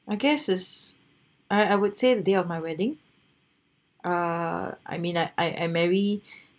I guess is I I would say the day of my wedding uh I mean I I marry